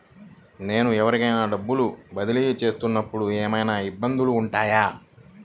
నేను ఎవరికైనా డబ్బులు బదిలీ చేస్తునపుడు ఏమయినా ఇబ్బందులు వుంటాయా?